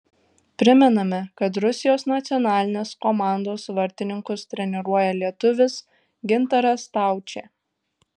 primename kad rusijos nacionalinės komandos vartininkus treniruoja lietuvis gintaras staučė